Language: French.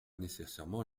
nécessairement